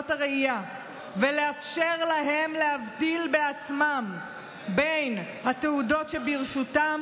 הראייה ולאפשר להם להבדיל בעצמם בין התעודות שברשותם